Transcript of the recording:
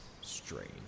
strange